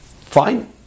Fine